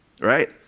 right